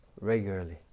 regularly